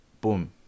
boom